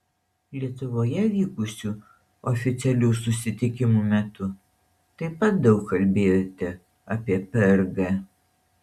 lietuvoje vykusių oficialių susitikimų metu taip pat daug kalbėjote apie prg